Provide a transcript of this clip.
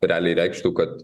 realiai reikštų kad